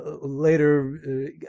later